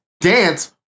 dance